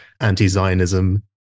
anti-Zionism